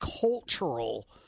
cultural